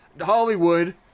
Hollywood